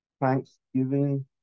thanksgiving